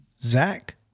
zach